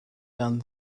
done